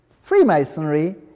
freemasonry